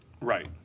Right